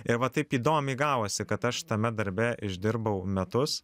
ir va taip įdomiai gavosi kad aš tame darbe išdirbau metus